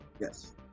Yes